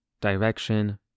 direction